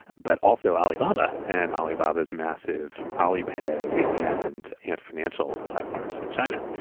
but also alibaba and alibaba's massive alipay and ant financial platforms in china.